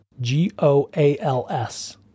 G-O-A-L-S